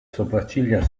sopracciglia